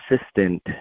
assistant